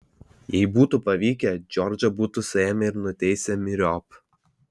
jei būtų pavykę džordžą būtų suėmę ir nuteisę myriop